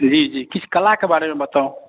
जी जी किछु कलाके बारेमे बताउ